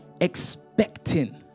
expecting